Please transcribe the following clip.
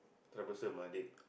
troublesome ah date